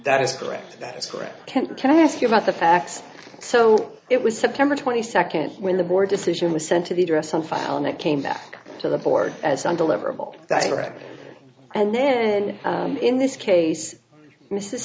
that is correct that is correct can we can i ask you about the facts so it was september twenty second when the board decision was sent to the address on file and it came back to the board as undeliverable that's correct and then in this case mrs